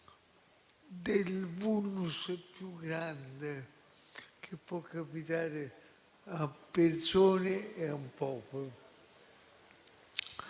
del *vulnus* più grande che può capitare alle persone e a un popolo,